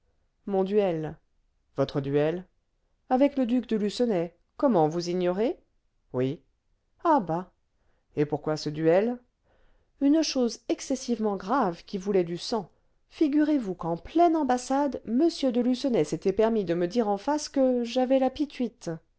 mon duel votre duel avec le duc de lucenay comment vous ignorez oui ah bah et pourquoi ce duel une chose excessivement grave qui voulait du sang figurez-vous qu'en pleine ambassade m de lucenay s'était permis de me dire en face que j'avais